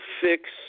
Fix